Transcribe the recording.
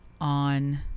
on